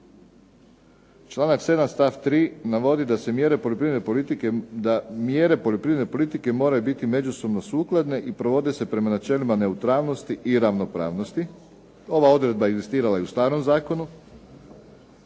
Članak 7 stav 3 navodi da mjere poljoprivredne politike moraju biti međusobno sukladne i provode se prema načelima neutralnosti i ravnopravnosti. Ova odredba egzistirala je u starom zakonu